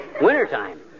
wintertime